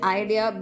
idea